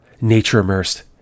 nature-immersed